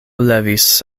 levis